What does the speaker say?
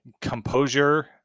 composure